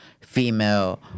female